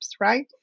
right